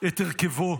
את הרכבו,